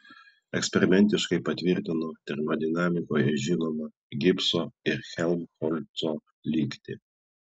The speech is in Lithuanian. eksperimentiškai patvirtino termodinamikoje žinomą gibso ir helmholco lygtį